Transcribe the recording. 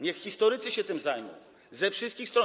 Niech historycy się tym zajmą ze wszystkich stron.